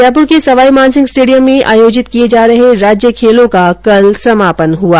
जयपुर के सवाईमानसिंह स्टेडियम में आयोजित किए जा रहे राज्य खेलों का कल समापन हुआ